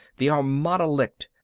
the armada licked,